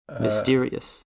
Mysterious